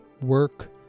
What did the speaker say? work